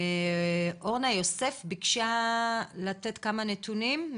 אורנה יוסף ביקשה לתת כמה נתונים,